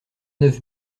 neuf